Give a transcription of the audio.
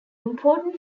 important